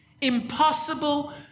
Impossible